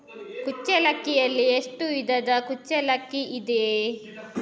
ಕುಚ್ಚಲಕ್ಕಿಯಲ್ಲಿ ಎಷ್ಟು ವಿಧದ ಕುಚ್ಚಲಕ್ಕಿ ಇದೆ?